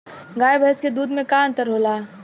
गाय भैंस के दूध में का अन्तर होला?